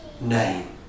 name